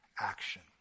action